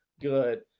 good